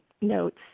notes